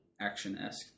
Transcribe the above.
action-esque